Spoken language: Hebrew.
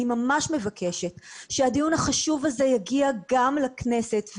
אני ממש מבקשת שהדיון החשוב הזה יגיע גם לכנסת.